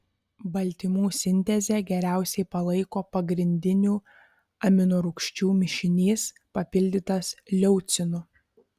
baltymų sintezę geriausiai palaiko pagrindinių aminorūgščių mišinys papildytas leucinu